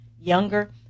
younger